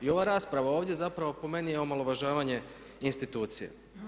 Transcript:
I ova rasprava ovdje zapravo po meni je omalovažavanje institucija.